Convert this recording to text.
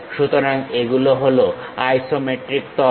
সুতরাং এগুলো হলো আইসোমেট্রিক তল